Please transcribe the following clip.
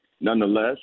nonetheless